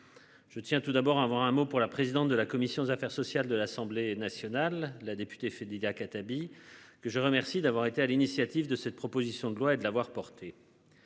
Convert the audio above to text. Je tiens tout d'abord avoir un mot pour la présidente de la commission des affaires sociales de l'Assemblée nationale, la députée fait Lydia Khattabi, que je remercie d'avoir été à l'initiative de cette proposition de loi et de l'avoir porté.